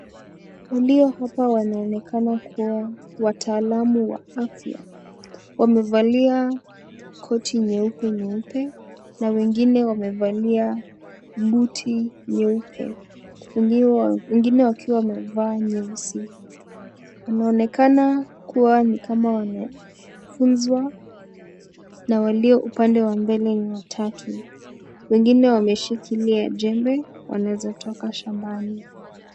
Walio hapa wanonekana kuwa wataalamu wa afya. Wamevalia koti nyeupe nyeupe. na wengine wamevalia buti nyeupe wengine wakiwa wamevaa nyeusi. Wanaonekana kuwa ni kama wamefunzwa na walio upande wa mbele ni watatu. Wengine wameshikilia jembe wanaweza toka shambani.